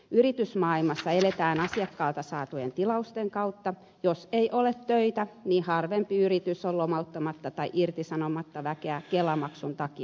yritysmaailmassa eletään asiakkaalta saatujen tilausten kautta ja jos ei ole töitä niin harvempi yritys on lomauttamatta tai irtisanomatta väkeä kelamaksun takia